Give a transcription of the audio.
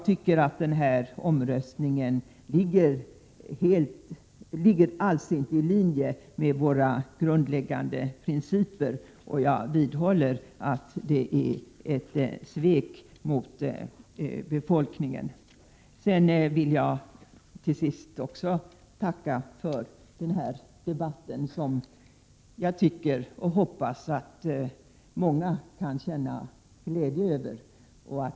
Sveriges omröstning i FN ligger inte alls i linje med våra grundläggande principer. Jag vidhåller att det är ett svek mot befolkningen. Till sist vill jag också tacka för denna debatt, som jag tror och hoppas att många kan känna glädje över.